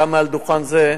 גם מעל דוכן זה,